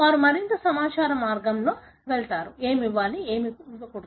వారు మరింత సమాచార మార్గంలో వెళతారు ఏమి ఇవ్వాలి ఏమి ఇవ్వకూడదు